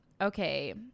Okay